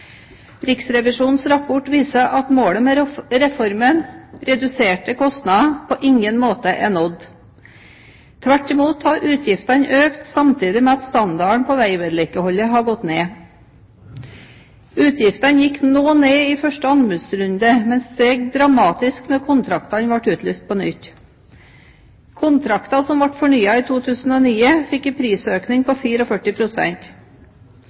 Riksrevisjonens rapport viser at målet med reformen, reduserte kostnader, på ingen måte er nådd. Tvert imot har utgiftene økt samtidig med at standarden på veivedlikeholdet har gått ned. Utgiftene gikk noe ned i første anbudsrunde, men steg dramatisk da kontraktene ble utlyst på nytt. Kontrakter som ble fornyet i 2009, fikk en prisøkning